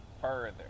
further